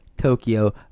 Tokyo